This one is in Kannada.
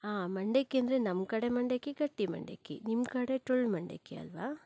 ಹಾಂ ಮಂಡಕ್ಕಿ ಅಂದರೆ ನಮ್ಮ ಕಡೆ ಮಂಡಕ್ಕಿ ಗಟ್ಟಿ ಮಂಡಕ್ಕಿ ನಿಮ್ಮ ಕಡೆ ಟೊಳ್ಳು ಮಂಡಕ್ಕಿ ಅಲ್ವಾ